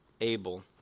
Abel